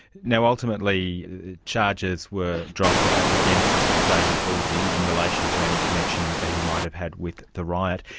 you know ultimately charges were dropped ah against ah david bulsey in relation to any connection that he might have had with the riot.